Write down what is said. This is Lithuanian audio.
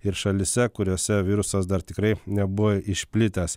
ir šalyse kuriose virusas dar tikrai nebuvo išplitęs